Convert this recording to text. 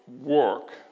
work